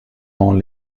dans